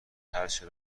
هرچه